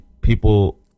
people